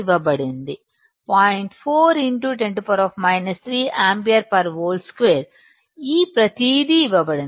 4 10 3 యాంపియర్వోల్ట్2 ఈ ప్రతిదీ ఇవ్వబడింది